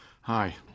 Hi